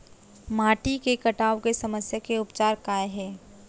माटी के कटाव के समस्या के उपचार काय हे?